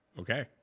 Okay